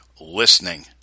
listening